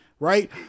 right